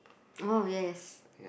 oh yes